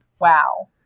Wow